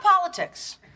politics